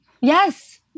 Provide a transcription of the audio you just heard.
Yes